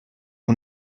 who